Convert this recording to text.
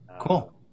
cool